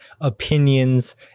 opinions